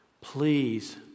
Please